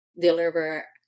deliver